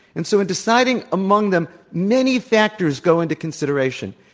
and so in deciding among them, many factors go into consideration.